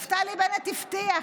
נפתלי בנט הבטיח,